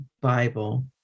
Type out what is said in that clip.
Bible